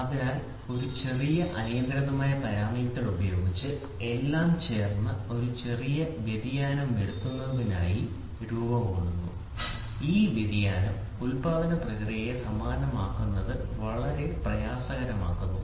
അതിനാൽ ഒരു ചെറിയ അനിയന്ത്രിതമായ പാരാമീറ്റർ ഉപയോഗിച്ച് എല്ലാം ചേർന്ന് ഒരു ചെറിയ വ്യതിയാനം വരുത്തുന്നതിനായി രൂപം കൊള്ളുന്നു ഈ വ്യതിയാനം ഉൽപാദന പ്രക്രിയയെ സമാനമാക്കുന്നതിന് വളരെ പ്രയാസകരമാക്കുന്നു